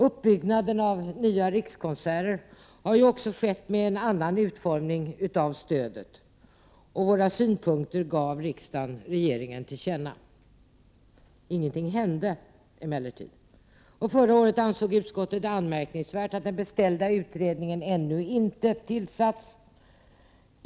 Uppbyggnaden av Nya Rikskonserter har också skett med en annan utformning av stödet. Våra synpunkter gav riksdagen regeringen till känna. Ingenting hände emellertid. Förra året ansåg utskottet det anmärkningsvärt att den beställda utredningen ännu inte tillsatts.